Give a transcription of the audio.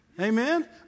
Amen